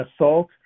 assault